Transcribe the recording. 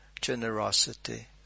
generosity